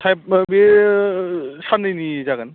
five बे सान्नैनि जागोन